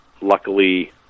luckily